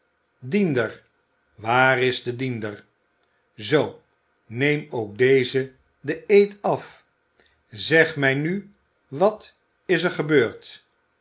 diender waar is de diender zoo neem ook dezen den eed af zeg mij nu wat is er gebeurd